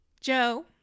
Joe